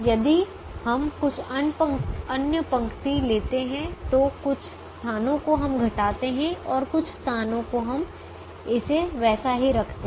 यदि हम कुछ अन्य पंक्ति लेते हैं तो कुछ स्थानों को हम घटाते हैं और कुछ स्थानों को हम इसे वैसा ही रखते हैं